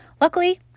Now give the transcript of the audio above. Luckily